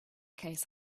case